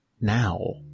now